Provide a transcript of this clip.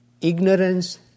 ignorance